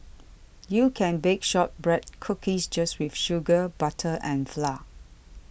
you can bake Shortbread Cookies just with sugar butter and flour